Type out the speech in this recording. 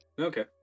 Okay